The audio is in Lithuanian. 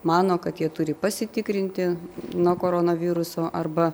mano kad jie turi pasitikrinti nuo koronaviruso arba